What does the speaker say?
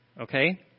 Okay